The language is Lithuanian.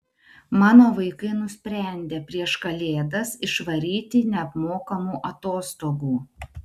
mano vaikai nusprendė prieš kalėdas išvaryti neapmokamų atostogų